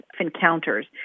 Encounters